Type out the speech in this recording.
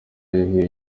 yahiye